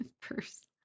first